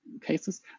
cases